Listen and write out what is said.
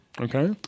Okay